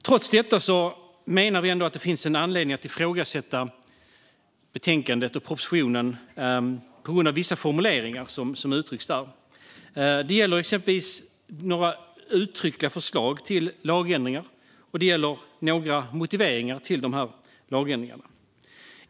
Trots detta menar vi att det finns anledning att ifrågasätta betänkandet och propositionen på grund av vissa formuleringar som uttrycks där. Det gäller exempelvis några uttryckliga förslag till lagändringar, och det gäller några motiveringar till dessa lagändringar.